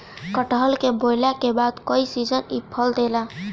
कटहल के बोअला के बाद कई सीजन इ फल देला